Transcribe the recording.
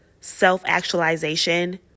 self-actualization